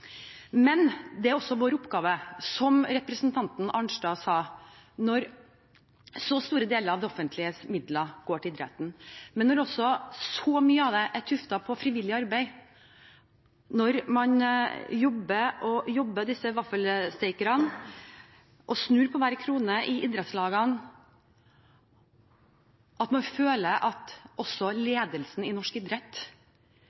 Det er også vår oppgave, som representanten Arnstad sa, når så store deler av det offentliges midler går til idretten, når så mye av det er tuftet på frivillig arbeid, og når man jobber som vaffelstekere og snur på hver krone i idrettslagene, at man føler at også